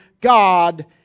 God